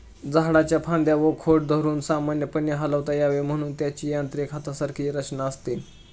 झाडाच्या फांद्या व खोड धरून सामान्यपणे हलवता यावे म्हणून त्याची यांत्रिक हातासारखी रचना असते